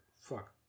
Fuck